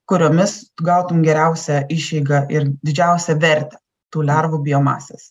kuriomis tu gautum geriausią išeigą ir didžiausią vertę tų lervų biomasės